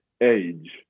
age